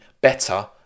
better